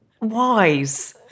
wise